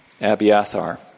Abiathar